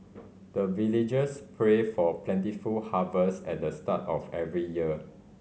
the villagers pray for plentiful harvest at the start of every year